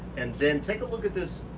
and then take a look at this.